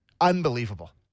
Unbelievable